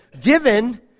given